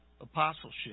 apostleship